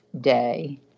day